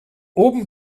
oben